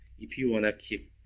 if you wanna keep